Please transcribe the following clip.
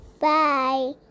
bye